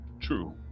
True